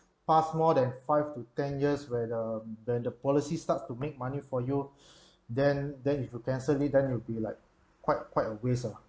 pass more than five to ten years where the when the policy starts to make money for you then then if you cancel it then you'll be like quite quite a waste ah